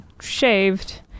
shaved